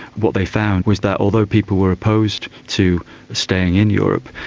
what they found was that although people were opposed to staying in europe,